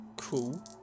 Cool